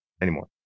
anymore